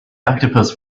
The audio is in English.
octopus